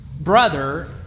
brother